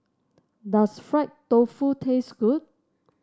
does Fried Tofu taste good